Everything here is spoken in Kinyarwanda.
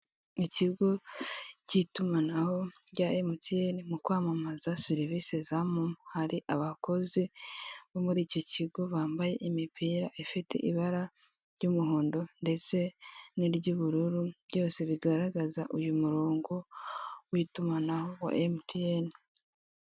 Ikigo cy'itumanaho rya MTN mukwamamaza serivise za MOMO, hari abakozi bo muri iki kigo bambaye imipira ifite ibara ry'umuhondo ndetse niry'ubururu byose bigaragaza uyu murongo w'itumanaho wa MTN.